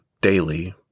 daily